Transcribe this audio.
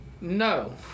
no